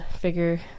figure